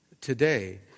today